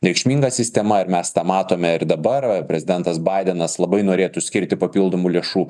reikšminga sistema ir mes tą matome ir dabar prezidentas baidenas labai norėtų skirti papildomų lėšų